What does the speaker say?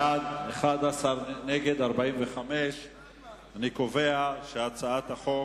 בעד 11, נגד, 45. אני קובע שהצעת החוק